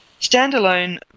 Standalone